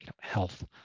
health